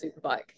Superbike